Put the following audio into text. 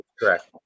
correct